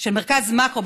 של מרכז מאקרו,